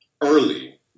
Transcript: early